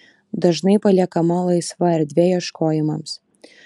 dažnai paliekama laisva erdvė ieškojimams